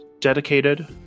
dedicated